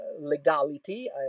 legality